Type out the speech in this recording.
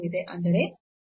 ಅಂದರೆ y 0 ಆಗಿದೆ